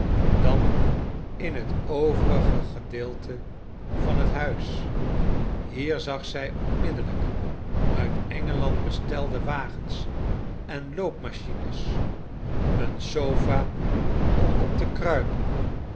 dan in het overige gedeelte van het huis hier zag zij onmiddellijk uit engeland bestelde wagens en loopmachines een sofa om op te kruipen